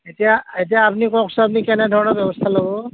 এতিয়া এতিয়া আপনি কওকচোন আপুনি কেনেধৰণৰ ব্যৱস্থা ল'ব